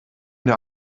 der